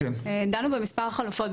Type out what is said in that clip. דנו במספר חלופות.